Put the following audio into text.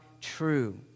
true